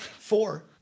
Four